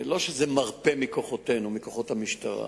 לא שזה מרפה את כוחותינו, כוחות המשטרה.